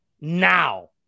now